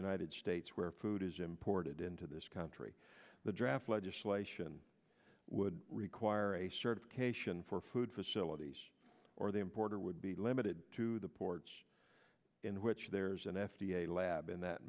united states where food is imported into this country the draft legislation would require a certification for food facilities or the importer would be limited to the porch in which there's an f d a lab in that